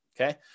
okay